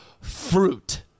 Fruit